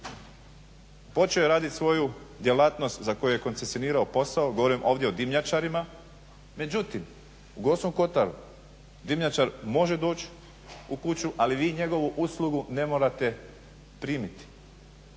počeo je raditi svoju djelatnost za koju je koncesionirao posao, govorim ovdje o dimnjačarima. Međutim, u Gorskom Kotaru dimnjačar može doći u kuću, ali vi njegovu uslugu ne morate primiti.